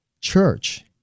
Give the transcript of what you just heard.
church